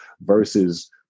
versus